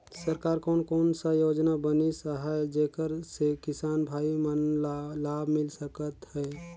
सरकार कोन कोन सा योजना बनिस आहाय जेकर से किसान भाई मन ला लाभ मिल सकथ हे?